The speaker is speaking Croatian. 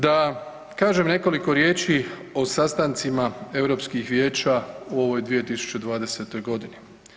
Da kažem nekoliko riječi o sastancima Europskih vijeća u ovoj 2020. godini.